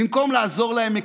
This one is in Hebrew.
במקום לעזור להם,